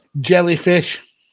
jellyfish